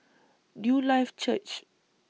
Newlife Church